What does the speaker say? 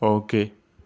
okay